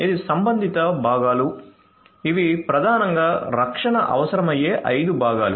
ఇవి సంబంధిత భాగాలు ఇవి ప్రధానంగా రక్షణ అవసరమయ్యే 5 భాగాలు